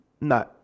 No